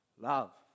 love